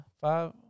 five